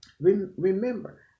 remember